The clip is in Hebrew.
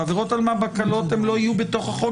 עבירות האלמ"ב הקלות לא יהיו בתוך החוק